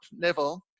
level